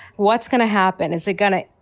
what's going to happen? is it going to.